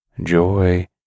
Joy